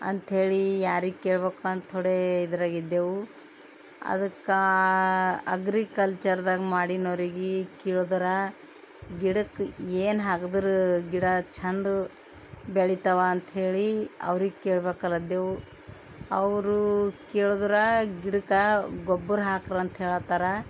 ಅಂತ ಹೇಳಿ ಯಾರಿಗೆ ಕೇಳ್ಬೇಕು ಅಂತ ಥೊಡೆ ಇದರಾಗಿದ್ದೆವು ಅದಕ್ಕೆ ಅಗ್ರಿಕಲ್ಚರ್ದಾಗ ಮಾಡಿನೊರಿಗೆ ಕೇಳ್ದ್ರೆ ಗಿಡಕ್ಕೆ ಏನು ಹಾಕ್ದ್ರೆ ಗಿಡ ಚಂದ ಬೆಳಿತವೆ ಅಂತ ಹೇಳಿ ಅವ್ರಿಗೆ ಕೇಳ್ಬೇಕಲದ್ದೆವು ಅವರು ಕೇಳ್ದ್ರೆ ಗಿಡಕ್ಕೆ ಗೊಬ್ಬರ ಹಾಕ್ರಿ ಅಂತ ಹೇಳತ್ತಾರ